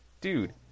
dude